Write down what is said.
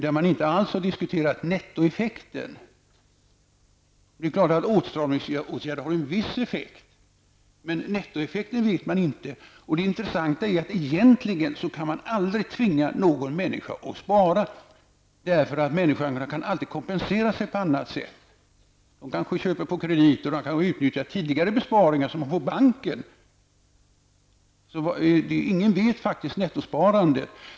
Då diskuterade man inte alls nettoeffekten. Det är klart att åtstramningsåtgärder har en viss effekt, men nettoeffekten känner man inte till. Det intressanta är att man egentligen aldrig kan tvinga någon människa att spara -- människorna kan alltid kompensera sig på annat sätt: De kanske köper på kredit, de kanske utnyttjar tidigare besparingar. Ingen känner faktiskt till hur stort nettosparandet blev.